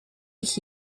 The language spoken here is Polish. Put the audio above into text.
ich